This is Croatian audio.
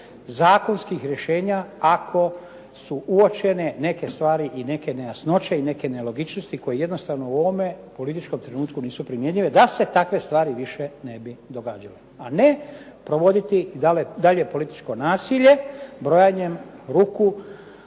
zakonskih rješenja ako su uočene neke stvari i neke nejasnoće i neke nelogičnosti koje jednostavno u ovome političkom trenutku nisu primjenjive da se takve stvari više ne bi događale. A ne provoditi dalje političko nasilje brojanjem ruku,